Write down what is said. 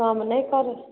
कम नहि करै